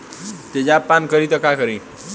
पशु तेजाब पान करी त का करी?